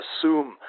assume